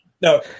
No